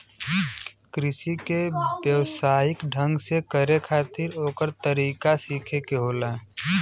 कृषि के व्यवसायिक ढंग से करे खातिर ओकर तरीका सीखे के होला